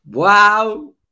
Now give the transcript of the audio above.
Wow